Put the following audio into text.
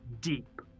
deep